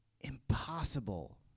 impossible